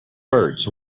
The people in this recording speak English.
birds